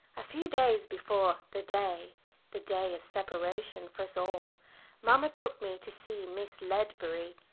a few days before the day the day of separation for us all mamma took me to see miss ledbury.